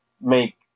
make